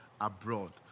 abroad